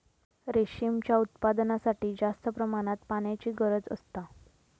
रेशीमच्या उत्पादनासाठी जास्त प्रमाणात पाण्याची गरज असता